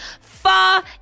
far